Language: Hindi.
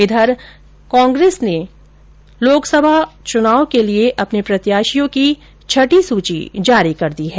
इधर कांग्रेस ने लोकसभा चुनाव के लिए प्रत्याशियों की छठी सूची जारी कर दी है